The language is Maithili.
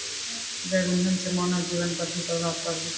जैव इंधन से मानव जीबन पर भी प्रभाव पड़लै